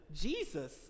Jesus